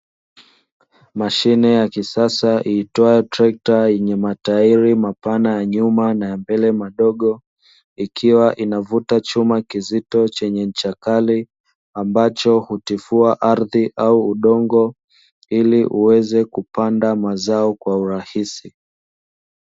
Mashine ya kisasa iitwayo trekta yenye matairi mapana ya nyuma na ya mbele madogo ikiwa inavuta chuma kizito chenye ncha kali, ambacho hutifua ardhi au udongo ili uweze kupanda mazao kwa urahisi.